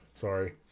Sorry